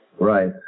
Right